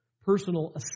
personal